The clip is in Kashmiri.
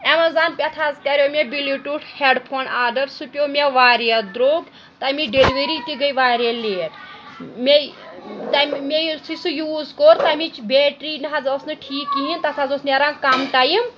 ایمیزان پٮ۪ٹھ حظ کَریو مےٚ بِلیوٗٹوٗتھ ہٮ۪ڈ فون آرڈَر سُہ پیوٚو مےٚ واریاہ درٛوٚگ تَمہِ ڈیٚلؤری تہِ گٔے واریاہ لیٹ میٚیہِ تَمہِ مےٚ یُتھُے سُہ یوٗز کوٚر تَمِچ بیٹرٛی نہ حظ ٲس نہٕ ٹھیٖک کِہیٖنۍ تَتھ حظ اوس نیران کَم ٹایم